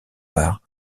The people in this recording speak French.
loire